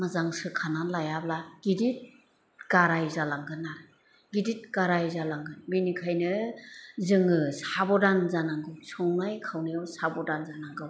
मोजां सोखाना लायाब्ला गिदिद गाराय जालांगोन्ना गिदिद गाराय जालाङो बिनिखायनो जोङो साबधान जानांगौ संनाय खावनायाव साबधान जानांगौ